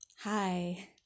Hi